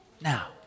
Now